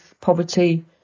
poverty